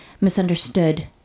misunderstood